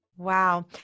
Wow